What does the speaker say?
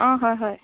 অঁ হয় হয়